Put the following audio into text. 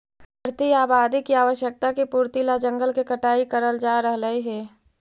बढ़ती आबादी की आवश्यकता की पूर्ति ला जंगल के कटाई करल जा रहलइ हे